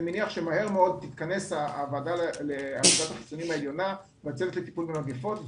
אני מניח שמהר מאוד תתכנס ועדת החיסונים העליונה והצוות לטיפול במגיפות,